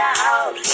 out